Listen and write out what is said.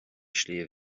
sliabh